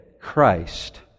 Christ